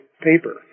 paper